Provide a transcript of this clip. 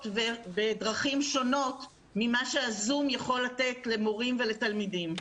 בדרכים שונות ממה שהזום יכול לתת למורים ולתלמידים,